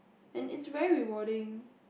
and it's very rewarding